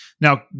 Now